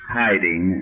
hiding